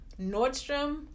Nordstrom